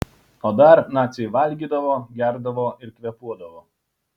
o dar naciai valgydavo gerdavo ir kvėpuodavo